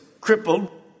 crippled